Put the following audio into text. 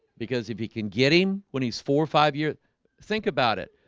because if he can get him when he's four or five years think about it,